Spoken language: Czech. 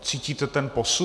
Cítíte ten posun?